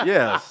Yes